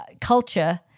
culture